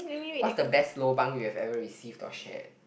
what's the best lobang you have ever received to share